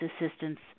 assistance